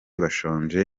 bashonje